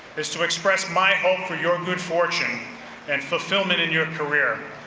is to express my hope for your good fortune and fulfillment in your career.